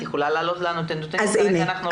תאמרי לנו אותם בכמה מילים כי אנחנו כבר